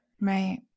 right